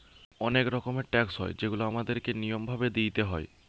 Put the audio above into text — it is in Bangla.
অনেক রকমের ট্যাক্স হয় যেগুলা আমাদের কে নিয়ম ভাবে দিইতে হয়